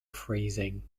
freezing